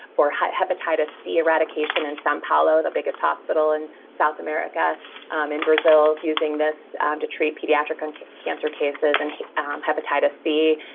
for hepatitis c eradication in san paolo, the biggest hospital in south america um in brazil using this um to treat pediatric and cancer cases and um hepatitis c.